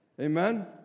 Amen